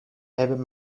hebben